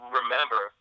remember